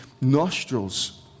nostrils